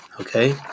okay